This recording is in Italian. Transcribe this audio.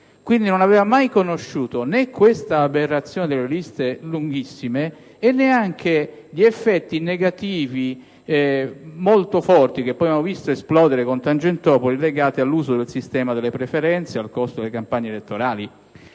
e non aveva mai conosciuto né questa aberrazione delle liste lunghissime e neanche gli effetti negativi molto forti (che abbiamo visto poi esplodere con Tangentopoli) legati all'uso del sistema delle preferenze e al costo delle campagne elettorali.